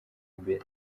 imbere